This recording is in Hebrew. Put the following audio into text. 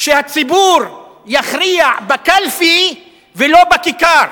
שהציבור יכריע בקלפי ולא בכיכר.